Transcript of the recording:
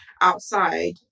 outside